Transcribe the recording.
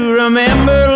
remember